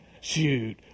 Shoot